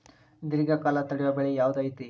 ದೇರ್ಘಕಾಲ ತಡಿಯೋ ಬೆಳೆ ಯಾವ್ದು ಐತಿ?